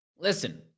Listen